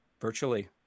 virtually